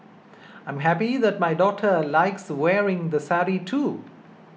I am happy that my daughter likes wearing the sari too